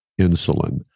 insulin